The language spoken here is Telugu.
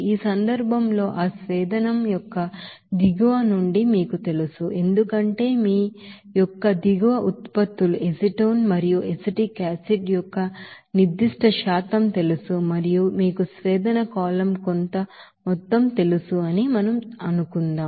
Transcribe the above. ఈ సందర్భంలో ఆ డిస్టిలేషన్ యొక్క దిగువ నుండి మీకు తెలుసు ఎందుకంటే మీ యొక్క దిగువ ఉత్పత్తులు అసిటోన్ మరియు అసిటిక్ ఆసిడ్ యొక్క నిర్దిష్ట శాతం తెలుసు మరియు మీకు డిస్టిలేషన్ కాలమ్ కొంత మొత్తం తెలుసు అని మీకు తెలుసు